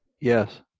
yes